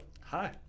Hi